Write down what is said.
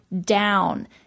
down